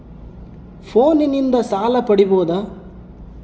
ಫೋನಿನಿಂದ ಸಾಲ ಪಡೇಬೋದ?